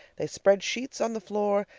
they spread sheets on the floor,